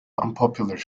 unpopular